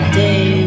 day